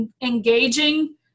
engaging